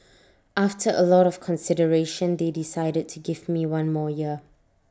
after A lot of consideration they decided to give me one more year